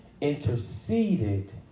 Interceded